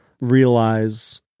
realize